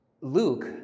Luke